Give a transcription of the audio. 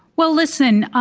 well, listen,